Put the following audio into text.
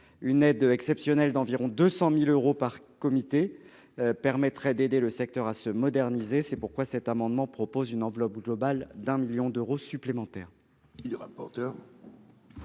Une aide exceptionnelle d'environ 200 000 euros par comité permettrait d'aider le secteur à se moderniser. C'est la raison pour laquelle cet amendement vise à dégager une enveloppe globale de 1 million d'euros supplémentaires.